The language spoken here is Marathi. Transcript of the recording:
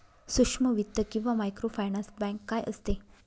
सूक्ष्म वित्त किंवा मायक्रोफायनान्स बँक काय असते?